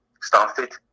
started